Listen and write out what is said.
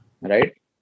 Right